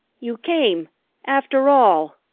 you came after all!